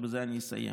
ובזה אני אסיים.